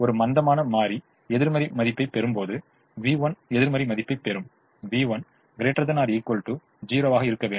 ஒரு மந்தமான மாறி எதிர்மறை மதிப்பை பெறும்போது v1 எதிர்மறை மதிப்பை பெறும் v1 ≥ 0 ஆக இருக்க வேண்டும்